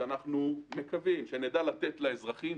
שאנחנו מקווים שנדע לתת לאזרחים,